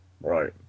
right